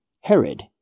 Herod